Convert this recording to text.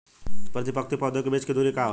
प्रति पंक्ति पौधे के बीच के दुरी का होला?